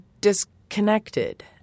disconnected